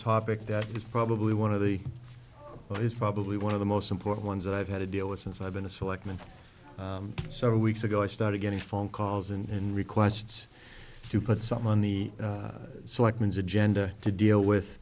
topic that is probably one of the it's probably one of the most important ones that i've had to deal with since i've been a selectman several weeks ago i started getting phone calls and requests to put some on the select means agenda to deal with